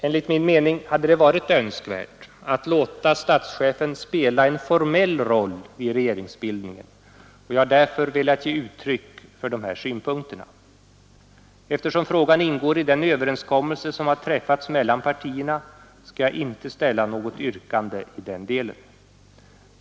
Enligt min mening hade det varit önskvärt att låta statschefen spela en formell roll vid regeringsbildningen, och jag har därför velat ge uttryck för dessa synpunkter. Eftersom frågan ingår i den överenskommelse som har träffats mellan partierna skall jag inte ställa något yrkande i denna del.